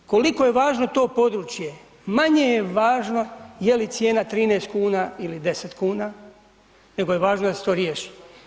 I da koliko je važno to područje, manje je važna je li cijena 13 kn ili 10 kn nego je važno da se to riješi.